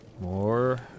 More